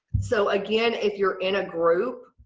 so again, if you're in a group